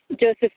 Joseph